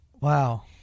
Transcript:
Wow